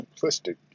simplistic